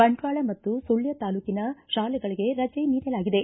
ಬಂಟ್ವಾಳ ಮತ್ತು ಸುಳ್ಯ ತಾಲೂಕಿನ ತಾಲೆಗಳಿಗೆ ರಜೆ ನೀಡಲಾಗಿದೆ